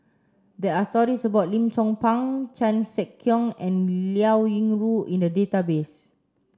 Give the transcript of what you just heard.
there are stories about Lim Chong Pang Chan Sek Keong and Liao Yingru in the database